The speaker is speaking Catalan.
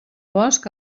bosc